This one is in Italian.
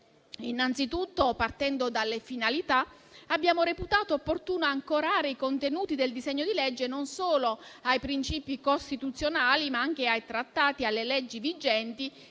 Innanzitutto, partendo dalle finalità, abbiamo reputato opportuno ancorare i contenuti del disegno di legge non solo ai principi costituzionali, ma anche ai trattati e alle leggi vigenti